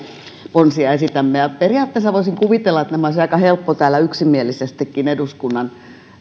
ponsia esitämme periaatteessa voisin kuvitella että nämä olisi aika helppo täällä yksimielisestikin eduskunnan